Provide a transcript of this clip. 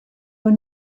were